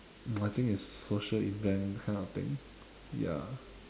I think it's social event kind of thing ya